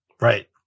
Right